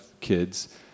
kids